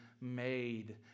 made